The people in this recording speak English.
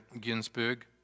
Ginsburg